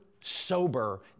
sober